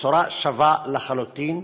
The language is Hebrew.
בצורה שווה לחלוטין,